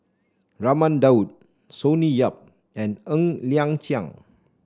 Raman Daud Sonny Yap and Ng Liang Chiang